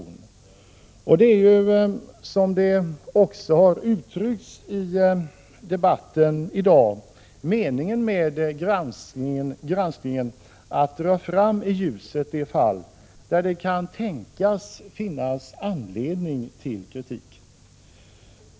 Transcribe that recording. Meningen med konstitutionsutskottets granskning är, som det också har uttryckts i debatten i dag, att dra fram i ljuset de fall där det kan tänkas finnas anledning till kritik.